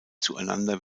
zueinander